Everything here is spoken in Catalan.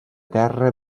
terra